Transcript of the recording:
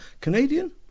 Canadian